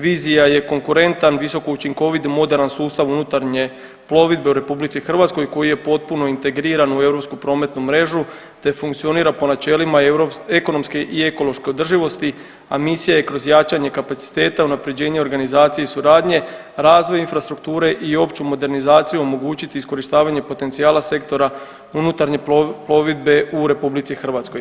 Vizija je konkurentan, visokoučinkovit, moderan sustav unutarnje plovidbe u RH koji je potpuno integriran u europsku prometnu mrežu te funkcionira po načelima ekonomske i ekološke održivosti, a misija je kroz jačanje kapaciteta unapređenja organizacije i suradnje, razvoj infrastrukture i opću modernizaciju omogućiti iskorištavanje potencijala sektora unutarnje plovidbe u RH.